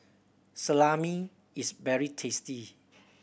salami is very tasty